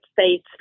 States